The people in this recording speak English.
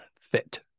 fit